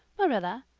marilla,